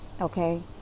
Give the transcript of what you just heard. okay